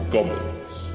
Goblins